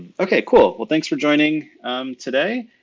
okay, cool well, thanks for joining today.